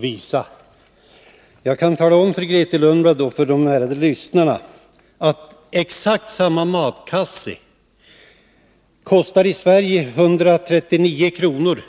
Låt mig tala om för Grethe Lundblad och övriga ärade lyssnare att en matkasse med ett visst innehåll, som i Sverige kostar 139 kr., kostar